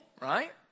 right